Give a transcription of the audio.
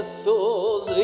thoughts